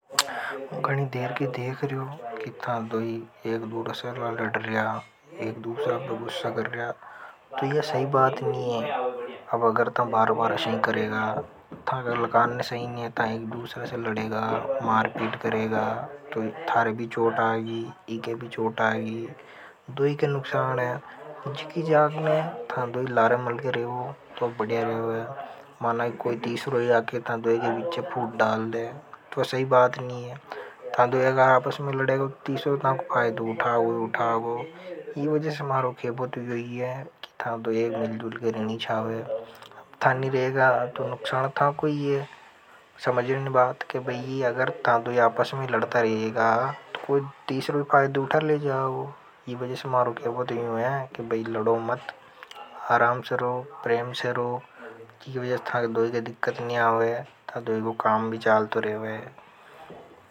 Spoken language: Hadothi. गनी देर के देख रियोो कि थां दोई। लड़ रहा, एक दूसरा गुस्सा कर रहा, तो यह सही बात नहीं है, अब अगर थां बार बार अशीं करेगा, थां गलकान नहीं सही नहीं है, थां एक दूसरा से लड़ेगा, मार पीट करेगा, तो थारे भी चोट ईके भी चोट आगी दोई के नुक्सान है। जीकी जाग ने था दोई लारे मल के रेवा तो बढ़ियरेवे मान ला की कोई तीसरों ही आके था दोई के बिछे फुट डाल दे। इस वज़े से मारो केबो तो योई है कि था दोई मिल दूल के रेनी छावे। अब था नहीं रहेगा तो नुकसान था कोई है। समझ नहीं बात कि अगर ता दोई आपस में लड़ता रहेगा। तो कोई तीसरों फायदों उठा ले जाओ। इस वज़े से मारो केबो तो योई है कि बई लड़ो मत। आराम से रो प्रेम से रो। की वज़े से तां दोई के दिक्कत नहीं आवे। था दोइ को काम भी चाल तो रेवे।